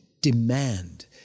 demand